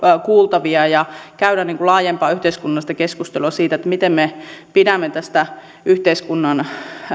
kuultavia ja käydä laajempaa yhteiskunnallista keskustelua siitä miten me pidämme näistä yhteiskunnan